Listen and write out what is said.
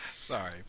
Sorry